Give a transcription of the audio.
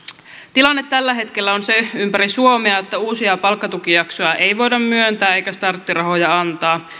tilanne tällä hetkellä on ympäri suomea se että uusia palkkatukijaksoja ei voida myöntää eikä starttirahoja antaa